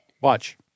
Watch